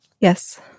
Yes